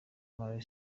malawi